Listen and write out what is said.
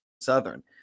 Southern